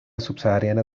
subsahariana